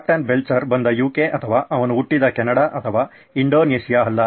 captain Belcher ಬಂದ UK ಅಥವಾ ಅವನು ಹುಟ್ಟಿದ ಕೆನಡಾ ಅಥವಾ ಇಂಡೋನೇಷ್ಯಾ ಅಲ್ಲ